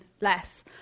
less